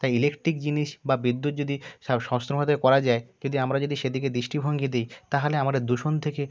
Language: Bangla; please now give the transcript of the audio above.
তাই ইলেকট্রিক জিনিস বা বিদ্যুৎ যদি সাশ্রয় তো করা যায় যদি আমরা যদি সেদিকে দৃষ্টিভঙ্গী দিই তাহালে আমরা দূষণ থেকে